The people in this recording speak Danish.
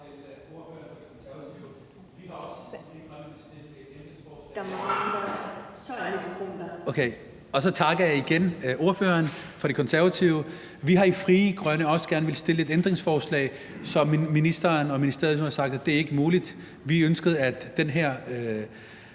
har vi stillet et ændringsforslag.